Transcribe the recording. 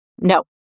No